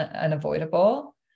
unavoidable